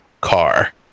car